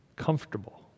comfortable